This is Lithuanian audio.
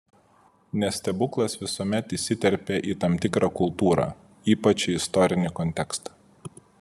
nes stebuklas visuomet įsiterpia į tam tikrą kultūrą ypač į istorinį kontekstą